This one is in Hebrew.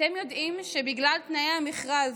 אתם יודעים שבגלל תנאי המכרז,